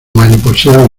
mariposeo